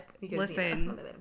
listen